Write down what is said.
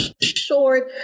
short